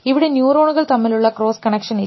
ഇവിടെ ന്യൂറോണുകൾ തമ്മിൽ ഉള്ള ക്രോസ് കണക്ഷൻ ഇല്ല